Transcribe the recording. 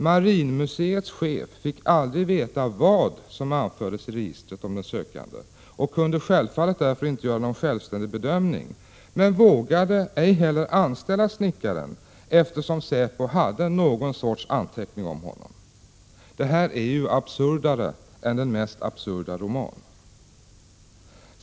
Marinmuseets chef fick aldrig veta vad som anfördes i registret om den sökande och kunde självfallet därför inte göra någon självständig bedömning, men han vågade ej heller anställa snickaren, eftersom säpo hade någon anteckning om honom. Detta är ju absurdare än den mest absurda roman.